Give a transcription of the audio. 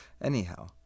anyhow